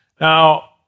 Now